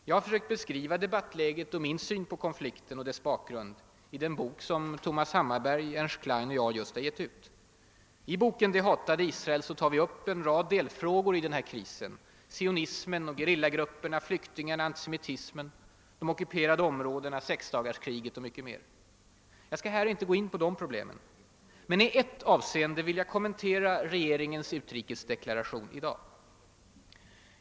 Jag har försökt beskriva debattläget och min syn på konflikten och dess bakgrund i den bok som Thomas Hammarberg, Ernst Klein och jag just har gett ut. I boken »Det hatade Israel» tar vi upp en rad delfrågor i den här krisen: sionismen, gerillagrupperna, flyktingar na, antisemitismen, de ockuperade områdena, sexdagarskriget och mycket mer. Jag skall här inte gå in på de problemen. Men i ett avseende vill jag kommentera regeringens utrikesdeklaration i dag.